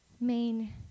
main